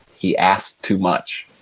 he asked too much.